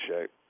shape